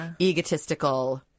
egotistical